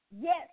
Yes